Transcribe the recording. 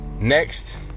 Next